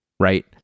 Right